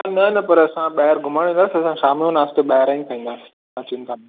हा न न पर असां ॿाहिरि घुमणु वेंदासीं शाम जो नाश्तो ॿाहिरां ई खाईंदासीं तव्हां चिंता न कयो